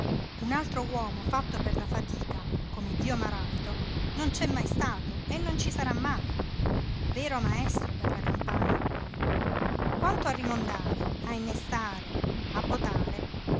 un altr'uomo fatto per la fatica come zio maràbito non c'è mai stato e non ci sarà mai vero maestro per la campagna poi quanto a rimondare a innestare a potare